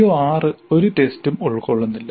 CO6 ഒരു ടെസ്റ്റും ഉൾക്കൊള്ളുന്നില്ല